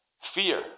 Fear